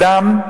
אדם,